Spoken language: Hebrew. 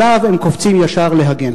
עליו הם קופצים ישר להגן.